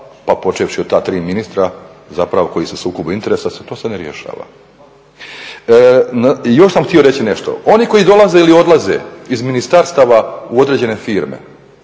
pa počevši od ta tri ministra koji su u sukobu interesa to se ne rješava. Još sam htio reći nešto. oni koji dolaze i odlaze iz ministarstava u određene firme,